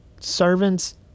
servants